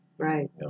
Right